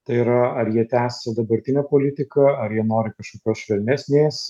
tai yra ar jie tęs su dabartine politika ar jie nori kažkokios švelnesnės